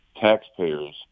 taxpayers